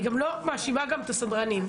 אני לא מאשימה גם את הסדרנים,